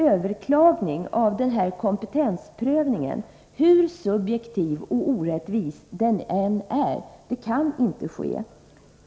Överklagande av kompetensprövningen — hur subjektiv och orättvis den än är — kan inte ske.